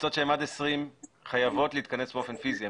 מועצות שהן עד 20 חייבות להתכנס באופן פיזי.